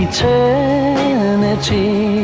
Eternity